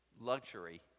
luxury